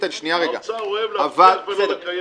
האוצר אוהב להבטיח ולא לקיים